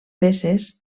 peces